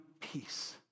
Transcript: peace